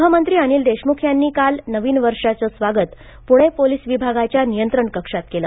ग्रहमंत्री अनिल देशम्ख यांनी काल नवीन वर्षाचं स्वागत प्णे पोलीस विभागाच्या नियंत्रण कक्षात केलं